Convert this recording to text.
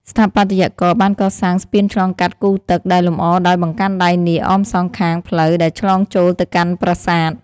ស្ថាបត្យករបានកសាងស្ពានឆ្លងកាត់គូទឹក ដែលលម្អដោយបង្កាន់ដៃនាគអមសងខាងផ្លូវដែលឆ្លងចូលទៅកាន់ប្រាសាទ។